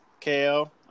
KO